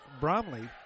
Bromley